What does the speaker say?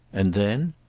and then?